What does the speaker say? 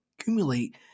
accumulate